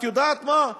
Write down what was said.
את יודעת מה,